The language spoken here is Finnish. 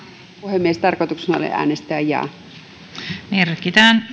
puhemies tarkoituksena oli äänestää jaa merkitään